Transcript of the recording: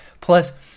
Plus